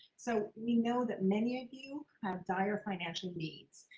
so we know that many of you have dire financial needs.